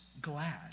glad